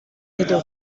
ditu